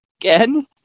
again